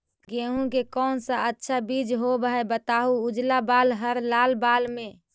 गेहूं के कौन सा अच्छा बीज होव है बताहू, उजला बाल हरलाल बाल में?